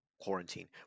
quarantine